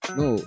No